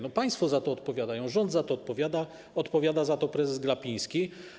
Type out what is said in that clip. To państwo za to odpowiadają, rząd za to odpowiada, odpowiada za to prezes Glapiński.